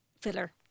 filler